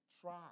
try